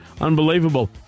Unbelievable